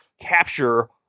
capture